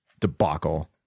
debacle